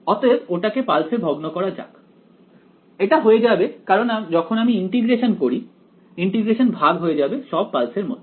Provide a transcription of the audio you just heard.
অতএব ওটা কে পালস এ ভগ্ন করা যাক এটা হয়ে যাবে কারণ আমি যখন ইন্টিগ্রেশন করি ইন্টিগ্রেশন ভাগ হয়ে যাবে সব পালস এর মধ্যে